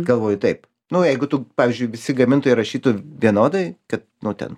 galvoju taip nu jeigu tu pavyzdžiui visi gamintojai rašytų vienodai kad nu ten